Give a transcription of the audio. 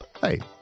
Hey